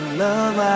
love